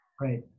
Right